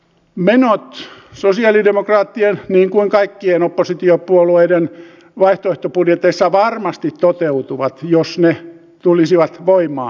menot sosialidemokraattien niin kuin kaikkien oppositiopuolueiden vaihtoehtobudjeteissa varmasti toteutuvat jos ne tulisivat voimaan